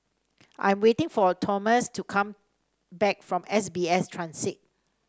I'm waiting for Tomas to come back from S B S Transit